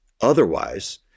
Otherwise